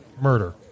Murder